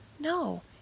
No